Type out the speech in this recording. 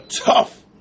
tough